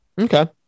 Okay